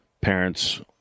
parents